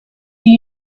you